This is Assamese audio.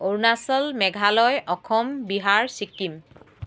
অৰুণাচল মেঘালয় অসম বিহাৰ ছিকিম